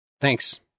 Thanks